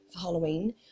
Halloween